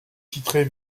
titrée